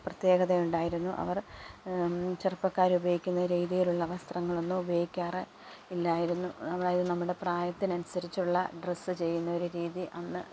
പ്രത്യേകതയുണ്ടായിരുന്നു അവർ ചെറുപ്പക്കാര് ഉപയോഗിക്കുന്ന രീതിയിലുള്ള വസ്ത്രങ്ങളൊന്നും ഉപയോഗിക്കാറ് ഇല്ലായിരുന്നു അതായത് നമ്മുടെ പ്രായത്തിനനുസരിച്ചുള്ള ഡ്രസ്സ് ചെയ്യുന്ന ഒരു രീതി അന്ന്